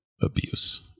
abuse